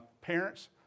parents